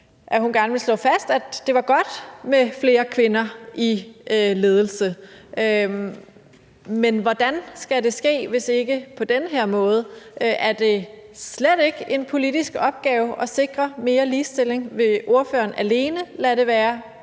at hun gerne ville slå fast, at det var godt med flere kvinder i ledelse, men hvordan skal det ske, hvis det ikke er på den her måde? Er det slet ikke en politisk opgave at sikre mere ligestilling? Vil ordføreren alene overlade det til